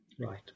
right